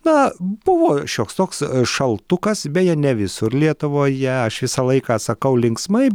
na buvo šioks toks šaltukas beje ne visur lietuvoje aš visą laiką sakau linksmai